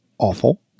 awful